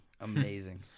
amazing